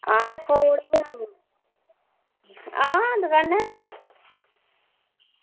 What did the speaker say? आं ते खोड़ गै आं दुकानै र गै